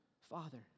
father